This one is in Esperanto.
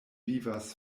vivas